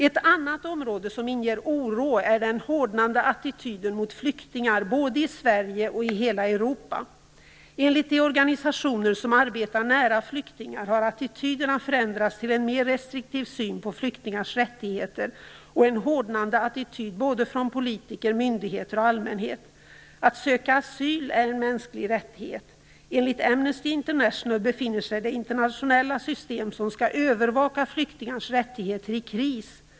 Ett annat område som inger oro är den hårdnande attityden mot flyktingar både i Sverige och i hela Europa. Enligt de organisationer som arbetar nära flyktingar har attityderna förändrats till en mer restriktiv syn på flyktingars rättigheter och en hårdnande attityd från såväl politiker och myndigheter som allmänhet. Att söka asyl är en mänsklig rättighet. Enligt Amnesty International befinner sig det internationella system som skall övervaka flyktingars rättigheter i kris.